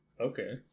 okay